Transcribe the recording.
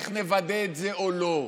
איך נוודא את זה או לא.